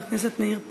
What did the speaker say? חבר הכנסת מאיר פרוש,